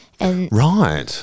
Right